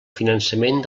finançament